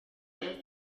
indwara